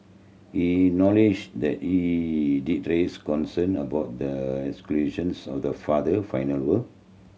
he knowledge that he did raise concern about the of the father final